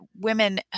women